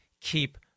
keep